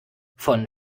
von